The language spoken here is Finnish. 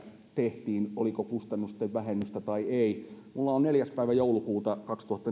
tehtiin oliko kustannusten vähennystä vai ei minulla on neljänneltä päivältä joulukuuta kaksituhattaneljätoista